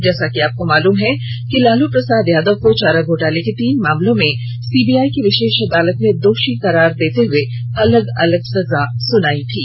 जैसा कि आपको मालूम है कि लालू प्रसाद यादव को चारा घोटाले के तीन मामले में सीबीआई की विशेष अदालत ने दोषी करार देते हुए अलग अलग सजा सुनायी गयी थी